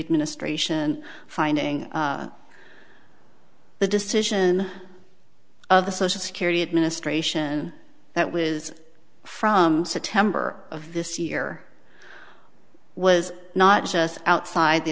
administration finding the decision of the social security administration that was from september of this year was not just outside the